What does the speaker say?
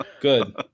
good